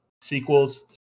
sequels